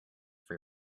for